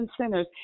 centers